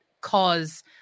cause